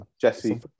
Jesse